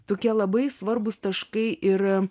tokie labai svarbūs taškai ir